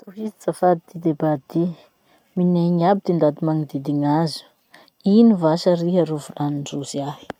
Tohizo zafady ty debat ty: 'Minegny aby ty ndaty magnodidign'azo. Ino vasa riha ro volanindrozy ahy'